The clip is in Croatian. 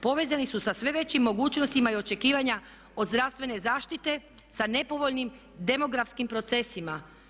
Povezani su sa sve većim mogućnostima i očekivanja od zdravstvene zaštite sa nepovoljnim demografskim procesima.